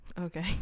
Okay